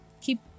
keep